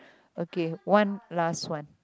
okay one last one